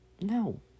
No